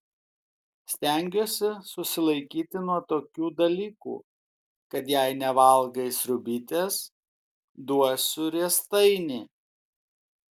stengiuosi susilaikyti nuo tokių dalykų kad jei nevalgai sriubytės duosiu riestainį